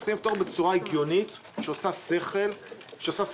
צריך לפתור אותו בצורה הגיונית שעושה שכל לבעלים,